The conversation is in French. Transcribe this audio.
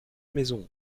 maison